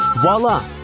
Voila